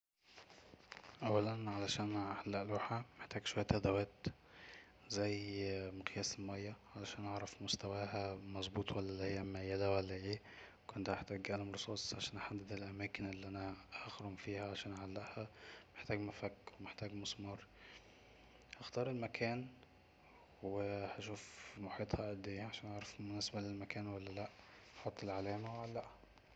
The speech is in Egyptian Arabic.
اولا علشان نعلق لوحة محتاج شوية ادوات زي مقياس المية علشان اعرف مستواها مظبوط ولا اللي هي مايلة ولا ايه. كنت هحتاج قلم رصاص عشان احدد الاماكن اللي انا اخرم فيها عشان اعلقها. محتاج مفك ومحتاج مسمار. هختار المكان وهشوف محيطها قد ايه عشان اعرف مناسبة للمكان ولا لأ. احط العلامة ولا.